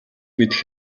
мэдэх